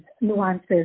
nuances